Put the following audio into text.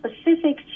specific